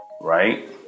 right